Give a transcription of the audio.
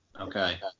Okay